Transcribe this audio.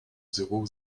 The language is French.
zéro